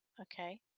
okay